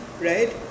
right